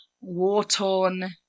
war-torn